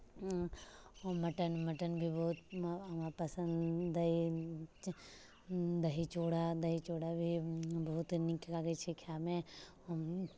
ओ mutton mutton भी बहुत हमरा बहुत पसन्द अइ दही चूड़ा दही चूड़ा भी बहुत नीक लागैत छै खायमे हम